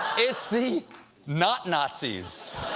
it's the not nazis.